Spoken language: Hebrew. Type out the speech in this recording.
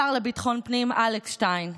השר לביטחון פנים, אלכס שטיין.